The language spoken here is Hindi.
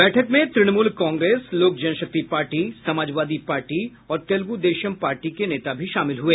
बैठक में तृणमूल कांग्रेस लोक जनशक्ति पार्टी समाजवादी पार्टी और तेलुगुदेशम पार्टी के नेता भी शामिल हुए